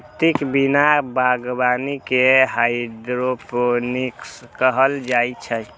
माटिक बिना बागवानी कें हाइड्रोपोनिक्स कहल जाइ छै